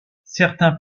certains